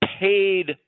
paid